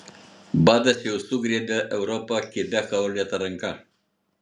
badas jau sugriebė europą kibia kaulėta ranka